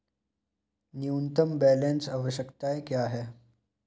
न्यूनतम बैलेंस आवश्यकताएं क्या हैं?